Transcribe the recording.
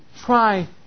try